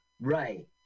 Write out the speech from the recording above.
Right